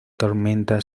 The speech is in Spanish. tormenta